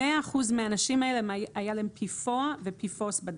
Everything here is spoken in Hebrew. ל-100 אחוז מהאנשים האלה היו PFOA ו-PFOS בדם.